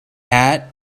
hat